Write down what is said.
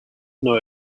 know